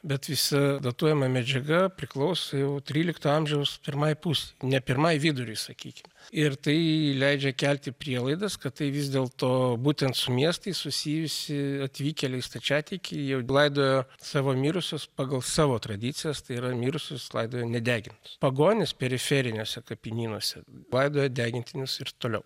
bet visa datuojama medžiaga priklauso jau trylikto amžiaus pirmai pusei ne pirmai viduriui sakykim ir tai leidžia kelti prielaidas kad tai vis dėlto būtent su miestais susijusi atvykėliai stačiatikiai jau laidojo savo mirusius pagal savo tradicijas tai yra mirusius laidojo nedegintus pagonys periferiniuose kapinynuose pagal degintinius ir toliau